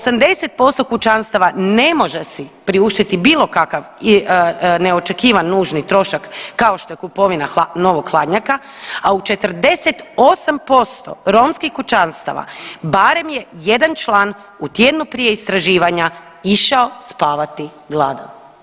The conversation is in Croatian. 80% kućanstava ne može si priuštiti bilo kakav neočekivani nužni trošak kao što je kupovina novog hladnjaka, a u 48% romskih kućanstava barem je jedan član u tjednu prije istraživanja išao spavati gladan.